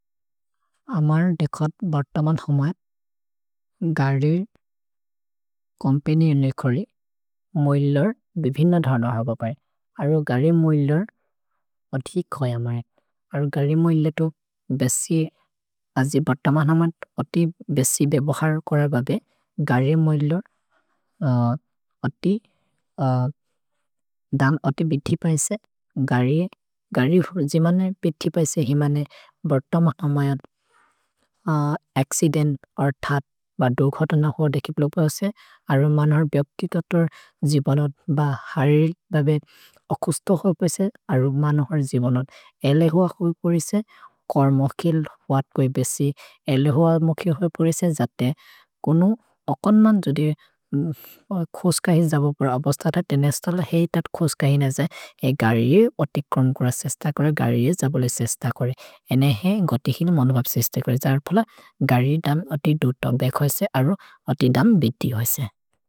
अमर् देखोत् बर्तमन् धमयत् गरिर् कोम्पेनियोन् ने खोरि मोइलोर् बिभिन धध हबबरे। अरो गरिर् मोइलोर् अधिक् होइ अमरे। अरो गरिर् मोइलेतो बेसि, अजि बर्तमन् अमत् अति बेसि बेबहर् कोर बबे गरिर् मोइलोर् अति दन् अति बिथि पैसे। गरिर् जिमने बिथि पैसे जिमने बर्तमन् अमयत् अच्चिदेन्त् अर् धत् ब दोघ् घतन होइ देखि प्लो पैसे। अरो मनोहर् बिऔकिततोर् जिबनत् ब हरि बबे अकुस्तो होइ पैसे अरो मनोहर् जिबनत्। एले होअ होइ परिसे कोर्मकिल् होअत् कोइ बेसि। एले होअ मकिल् होइ परिसे जते कुनु अकन्मन् जोदि खोस्कहिन् जबबर् अबस्थ धते नेस्तल हेइ तत् खोस्कहिन् अजए। गरिर् अति क्रोन् कोर सेश्त कोरे, गरिर् जबले सेश्त कोरे। एने हेइ गति हिनु मनोबब् सेश्त कोरे। जार् फोल गरिर् दम् अति दुध् दोघ् देख् होइसे अरो अति दम् बिथि होइसे।